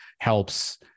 helps